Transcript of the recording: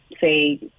say